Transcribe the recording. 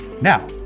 Now